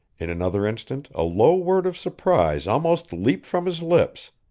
in another instant a low word of surprise almost leaped from his lips.